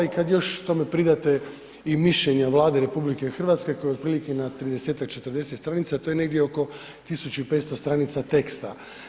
I kad još tome pridate i mišljenje Vladi RH koje je na otprilike na 30-ak, 40 stranica to je negdje oko 1500 stranica teksta.